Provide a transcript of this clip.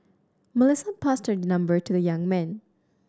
Melissa passed her number to the young man